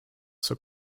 zur